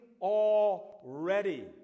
already